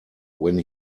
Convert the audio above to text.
when